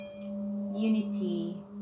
unity